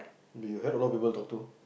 did you had a lot of people to talk to